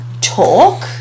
Talk